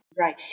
Right